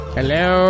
Hello